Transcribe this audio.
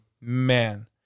man